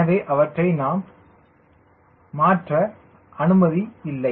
எனவே அவற்றை xxx naam மாற்ற உங்களுக்கு அனுமதியில்லை